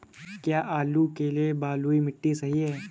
क्या आलू के लिए बलुई मिट्टी सही है?